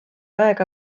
aega